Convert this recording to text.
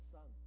Son